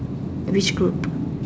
which group